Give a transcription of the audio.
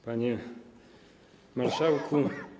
Panie Marszałku!